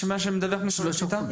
מה שמדווח משרד הקליטה?